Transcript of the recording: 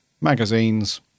magazines